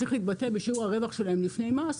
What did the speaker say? צריך להתבטא בשיעור הרווח שלהם לפני מס,